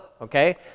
okay